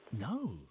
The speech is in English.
No